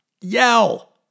yell